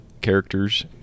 Characters